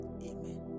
Amen